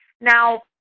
Now